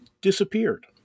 disappeared